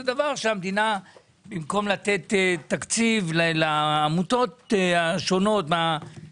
המדינה במקום לתת תקציב לעמותות השונות מן